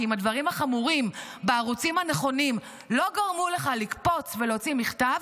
כי אם הדברים החמורים בערוצים הנכונים לא גרמו לך לקפוץ ולהוציא מכתב,